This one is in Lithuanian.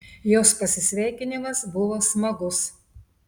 jos pasisveikinimas buvo smagus